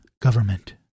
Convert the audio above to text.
government